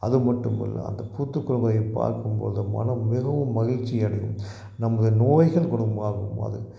அது மட்டுமில்ல அந்த பூத்துக் குலுங்குவதை பார்க்கும் போது மனம் மிகவும் மகிழ்ச்சியடையும் நமது நோய்கள் குணமாகும் அது